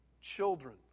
Children